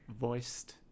voiced